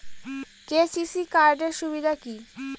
KCC card এর সুবিধা কি?